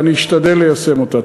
ואני אשתדל ליישם אותה.